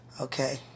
Okay